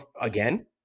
Again